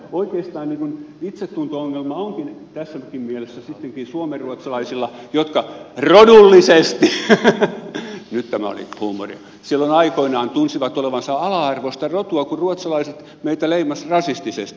oikeastaan niin kuin itsetunto ongelma onkin tässäkin mielessä sittenkin suomenruotsalaisilla jotka rodullisesti nyt tämä oli huumoria silloin aikoinaan tunsivat olevansa ala arvoista rotua kun ruotsalaiset meitä leimasivat rasistisesti